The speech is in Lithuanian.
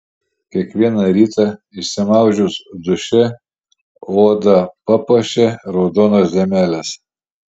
kiekvieną rytą išsimaudžius duše odą papuošia raudonos dėmelės